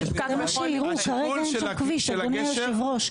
זה מה שיראו, כרגע אין שם כביש אדוני יושב הראש.